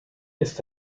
ist